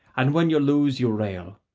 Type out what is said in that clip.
and when you lose you rail,